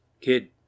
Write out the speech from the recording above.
Kid